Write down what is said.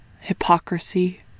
hypocrisy